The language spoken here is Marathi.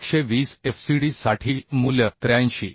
आणि 120 Fcd साठी मूल्य 83